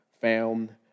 found